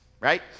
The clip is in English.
right